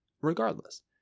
regardless